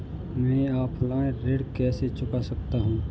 मैं ऑफलाइन ऋण कैसे चुका सकता हूँ?